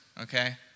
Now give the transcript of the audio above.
okay